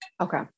Okay